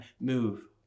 move